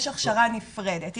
יש הכשרה נפרדת,